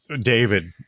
David